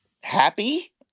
happy